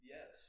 Yes